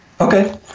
Okay